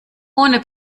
ohne